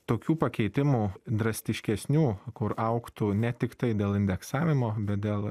tokių pakeitimų drastiškesnių kur augtų ne tiktai dėl indeksavimo bet dėl